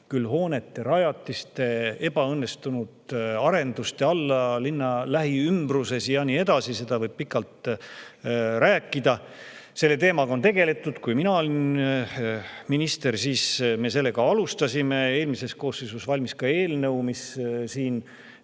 küll rajatiste, küll ebaõnnestunud arenduste alla linna lähiümbruses ja nii edasi. Sellest võib pikalt rääkida. Selle teemaga on tegeldud. Kui mina olin minister, siis me seda alustasime. Eelmises koosseisus valmis ka eelnõu, mis läbis